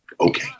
okay